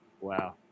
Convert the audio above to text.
Wow